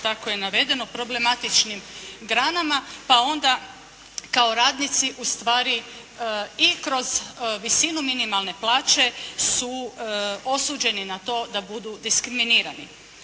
tako je navedeno, problematičnim granama pa onda kao radnici ustvari i kroz visinu minimalne plaće su osuđeni na to da budu diskriminirani.